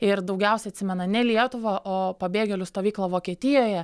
ir daugiausiai atsimena ne lietuvą o pabėgėlių stovyklą vokietijoje